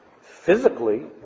physically